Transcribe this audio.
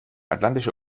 atlantische